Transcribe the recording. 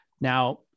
now